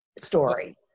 story